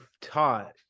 taught